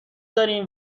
داریم